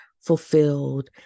fulfilled